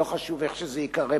לא חשוב איך שזה ייקרא,